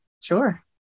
sure